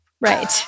Right